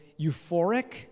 euphoric